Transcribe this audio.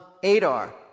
Adar